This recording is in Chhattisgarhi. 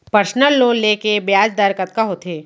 पर्सनल लोन ले के ब्याज दर कतका होथे?